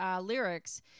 lyrics